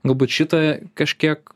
galbūt šitą kažkiek